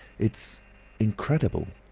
it's incredible.